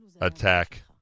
attack